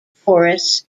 forests